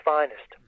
Finest